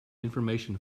information